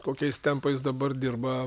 kokiais tempais dabar dirba